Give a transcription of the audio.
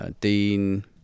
Dean